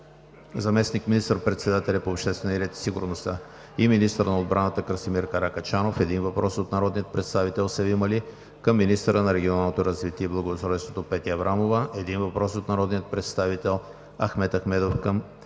заместник министър-председателя по обществения ред и сигурността и министър на отбраната Красимир Каракачанов; на един въпрос от народния представител Севим Али към министъра на регионалното развитие и благоустройството Петя Аврамова; един въпрос от народния представител Ахмед Ахмедов към